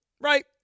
right